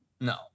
No